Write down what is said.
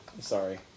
sorry